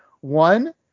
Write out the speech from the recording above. One